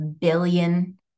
billion